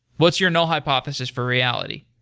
what's your null hypothesis for reality?